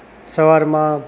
સવારમાં